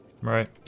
Right